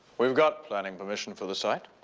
we've got planning permission for the site.